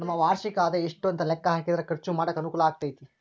ನಮ್ಮ ವಾರ್ಷಿಕ ಆದಾಯ ಎಷ್ಟು ಅಂತ ಲೆಕ್ಕಾ ಹಾಕಿದ್ರ ಖರ್ಚು ಮಾಡಾಕ ಅನುಕೂಲ ಆಗತೈತಿ